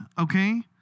okay